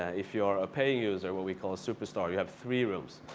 ah if you're a paying user what we call a superstar you have three rooms.